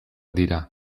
dira